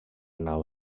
nau